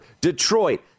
Detroit